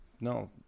No